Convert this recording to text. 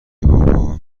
بابا